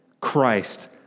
Christ